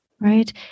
right